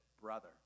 brother